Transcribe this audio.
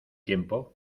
tiempo